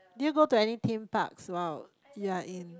do you go to any theme parks while you're in